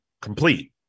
complete